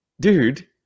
Dude